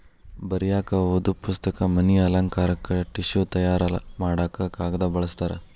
ಬರಿಯಾಕ ಓದು ಪುಸ್ತಕ, ಮನಿ ಅಲಂಕಾರಕ್ಕ ಟಿಷ್ಯು ತಯಾರ ಮಾಡಾಕ ಕಾಗದಾ ಬಳಸ್ತಾರ